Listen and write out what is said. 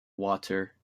water